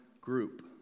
group